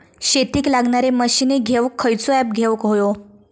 शेतीक लागणारे मशीनी घेवक खयचो ऍप घेवक होयो?